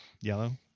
Yellow